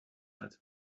hat